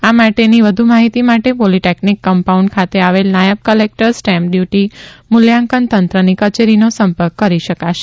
આ માટેની વધુ માહિતી માટે પોલિટેકનિક કમ્પાઉન્ડ ખાતે આવેલ નાયબ કલેકટર સ્ટેમ્પ ડયુટી મૂલ્યાંકનતંત્રની કચેરીનો સંપર્ક કરી શકાશે